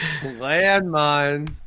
Landmine